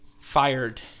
fired